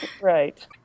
Right